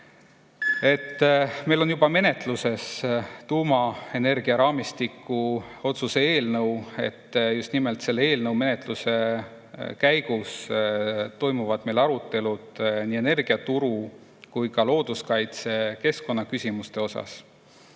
Meil on juba menetluses tuumaenergia raamistiku otsuse eelnõu. Just nimelt selle eelnõu menetluse käigus toimuvad meil arutelud nii energiaturu kui ka looduskaitse-, keskkonnaküsimuste